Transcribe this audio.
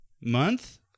month